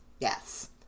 yes